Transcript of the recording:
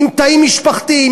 תאים משפחתיים,